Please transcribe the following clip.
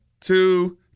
two